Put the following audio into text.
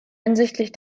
hinsichtlich